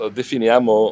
definiamo